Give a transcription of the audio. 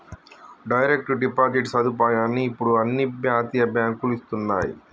direct deposit సదుపాయాన్ని ఇప్పుడు అన్ని జాతీయ బ్యేంకులూ ఇస్తన్నయ్యి